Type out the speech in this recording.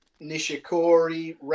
Nishikori